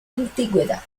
antigüedad